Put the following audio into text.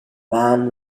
man